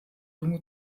junge